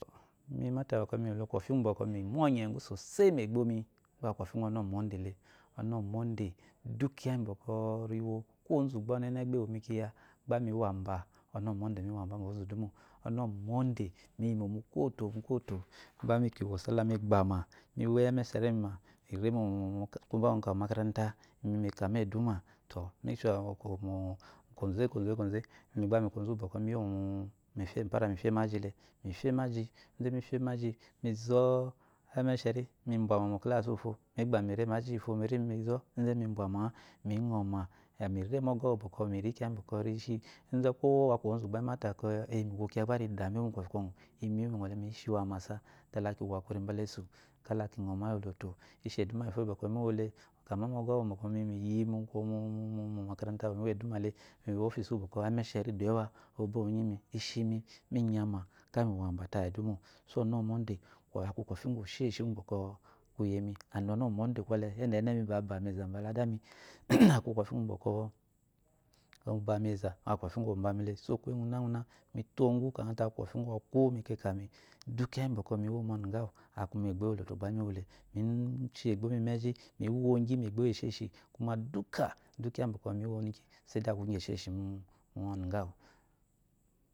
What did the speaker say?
Imi mata miyi mole kwɔfi ngu bɔkɔ mi yi mo le kwofi ngu boko mi mynye soseyi megbo mi aba aku kwfi ngu onu uwu omodre le onu uwu omode du kiya ngi le ɔnu uwu omode du kiya ngi bɔkɔ riwo kwo ozu gba ɔnene aba ewo mi kiya gba mi wo amba ɔnu wu omode mi wo amba umba ozu do mo ɔnuwu ompde, miyimo mukwoto mukwoto gba miokiwo osala mi gba ma mo wo iyi eme sheri mi ma mire mu kwo gba mi ka mo makarta mika moduma tɔ. mifya amu kwɔze kwoze aba mi ku ozuwu mi yoimo mifye maji le mifye maji inde mifye maji mizɔ emesheri mi mbyama mokasi uwu fo migba mire mu aji fo mire mizɔ inde mibyama a-a miøɔma mire mɔkɔ wubɔkɔ miri kiya ngi bɔkɔ rishi kwo aku ozu gba amata emi wo kiya gba vi dameni øɔ ɔnuwu kwɔfi kwɔgu imi uwu mi øɔle mishi wu amasa kalawori akuri mbala esu kala køɔ ma iyi oloto ishi eduma iyi bɔkɔ miwo la kama mɔgɔ uwu bɔkɔ imi miyi miyi mo makarata bikɔ miwo eduma le mi wu ofci uwu bɔkɔ emeshiri deyewa oba mnunyi mi ishi minyama ka mi waba tayi ndu mo so ɔnu uwu omode aba aku lawfi ngwoshoshi ngu bɔkɔkuyi yemi and ɔnu uwu omode yede enemi aba bami eza mbala adami aku kwofi nga bɔkɔ obami eza aku kwɔfi ngu bɔkɔ obami le kuye ngunana mito ngu ta aku kwofi ngu bɔ aku kwɔfi ngwɔkɔmoka mi du kiya ngi mi wo monumawu aku megbo iyoloto. aba miwole imi mishi egbo mi meji mi wogyi megbo iyesheshi lema duka kiya bgi ukpo anuna mi ngi seyide aku ngi eshishi,